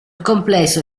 complesso